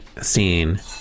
scene